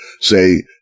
say